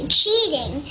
cheating